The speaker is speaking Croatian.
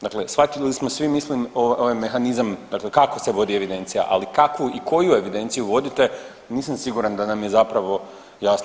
Dakle, shvatili smo svi mislim ovaj mehanizam kako se vodi evidencija, ali kakvu i koju evidenciju vodite nisam siguran da nam je zapravo jasno.